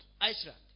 Iceland